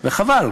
וחבל.